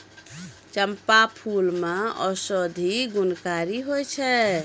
चंपा फूल मे औषधि गुणकारी होय छै